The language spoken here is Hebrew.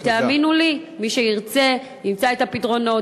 ותאמינו לי, מי שירצה, ימצא את הפתרונות.